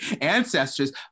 ancestors